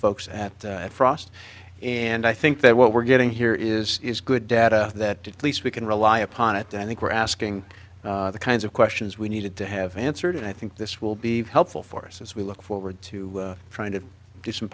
folks at frost and i think that what we're getting here is good data that at least we can rely upon it i think we're asking the kinds of questions we needed to have answered and i think this will be helpful for us as we look forward to trying to get some